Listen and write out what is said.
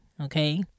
Okay